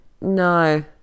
No